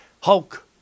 Hulk